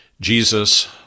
jesus